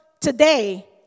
today